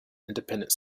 independent